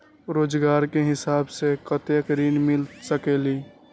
रोजगार के हिसाब से कतेक ऋण मिल सकेलि?